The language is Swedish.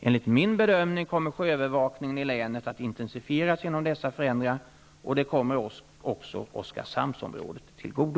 Enligt min bedömning kommer sjöövervakningen i länet att intensifieras genom dessa förändringar, och det kommer också Oskarshamnsområdet till godo.